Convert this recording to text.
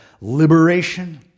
liberation